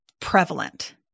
prevalent